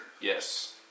Yes